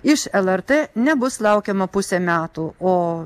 iš lrt nebus laukiama pusę metų o